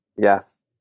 Yes